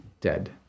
dead